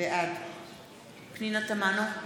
בעד פנינה תמנו,